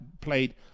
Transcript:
played